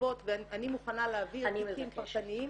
אני מוכנה להביא תיקים פרטניים,